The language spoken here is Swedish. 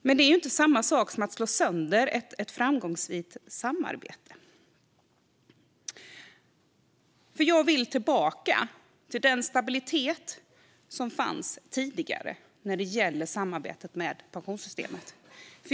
Men det är inte samma sak som att slå sönder ett framgångsrikt samarbete. Jag vill tillbaka till den stabilitet som fanns tidigare när det gäller samarbetet om pensionssystemet.